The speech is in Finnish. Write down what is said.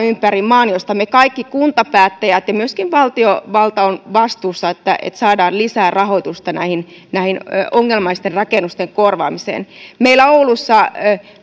ympäri maan paljon tarpeita joista me kaikki kuntapäättäjät ja myöskin valtiovalta olemme vastuussa että että saadaan lisää rahoitusta näiden näiden ongelmaisten rakennusten korvaamiseen meillä oulussa